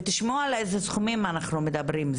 ותשמעו על אילו סכומים אנחנו מדברים.